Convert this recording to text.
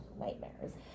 nightmares